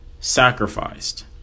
sacrificed